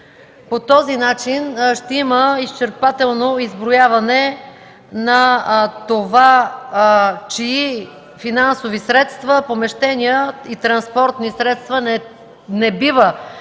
По този начин ще има изчерпателно изброяване на това чии финансови средства, помещения и транспортни средства не бива